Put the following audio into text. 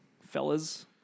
fellas